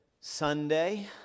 Sunday